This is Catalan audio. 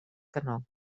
canó